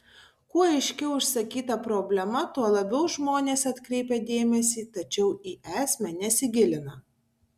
kuo aiškiau išsakyta problema tuo labiau žmonės atkreipia dėmesį tačiau į esmę nesigilina